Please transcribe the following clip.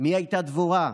מי הייתה דבורה,